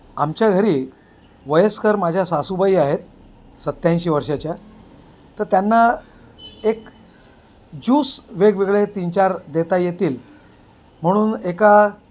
आमच्या घरी वयस्कर माझ्या सासूबाई आहेत सत्याऐंशी वर्षाच्या तर त्यांना एक ज्यूस वेगवेगळे तीन चार देता येतील म्हणून एका